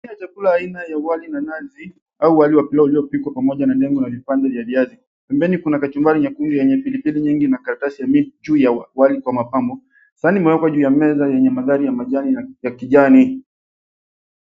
Chakula aina ya wali na nazi au wali wa pilau uliopikwa pamoja na dengu na vipande vya viazi. Pembeni kuna kachumbari nyekundu yenye pilipili nyingi na karatasi ya mint juu ya wali kwa mapambo. Sahani imewekwa juu ya meza yenye madhari ya majani ya kijani.